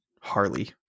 Harley